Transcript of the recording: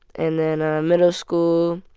and then ah middle school,